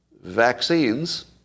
vaccines